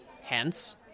Hence